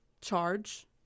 charge